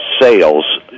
sales